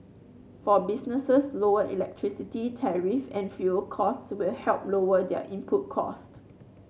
for businesses lower electricity tariff and fuel costs will help lower their input cost